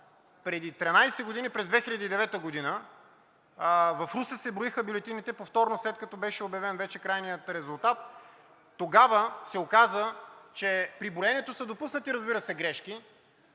Преди 13 години, през 2009 г., в Русе се броиха бюлетините повторно, след като беше обявен вече крайният резултат. Тогава се оказа, че при броенето са допуснати, разбира се, грешки,